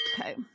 Okay